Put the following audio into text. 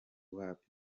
wapi